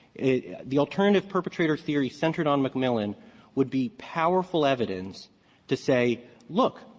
the alternative-perpetrator theory centered on mcmillan would be powerful evidence to say look,